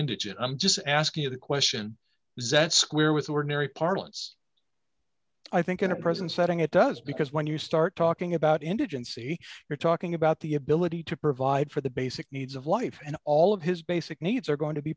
indigent i'm just asking you the question zat square with ordinary parlance i think in the present setting it does because when you start talking about indigency you're talking about the ability to provide for the basic needs of life and all of his basic needs are going to be